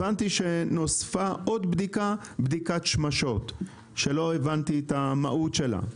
אתה מדבר על היבוא המקביל?